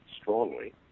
strongly